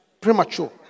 premature